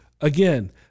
Again